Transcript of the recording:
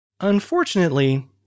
Unfortunately